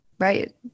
Right